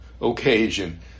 occasion